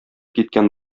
киткән